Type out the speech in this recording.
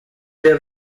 del